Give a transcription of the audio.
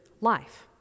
life